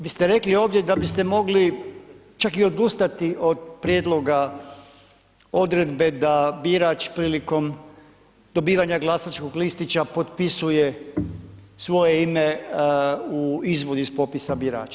Vi ste rekli ovdje da biste mogli čak i odustati od prijedloga odredbe da birač prilikom dobivanja glasačkog listića potpisuje svoje ime u izvodu iz popisa birača.